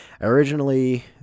Originally